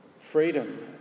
freedom